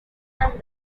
and